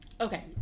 Okay